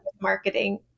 marketing